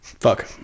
fuck